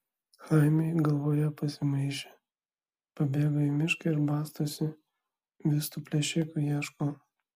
chaimui galvoje pasimaišė pabėgo į mišką ir bastosi vis tų plėšikų ieško